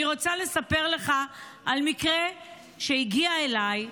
אני רוצה לספר לך על מקרה שהגיע אליי,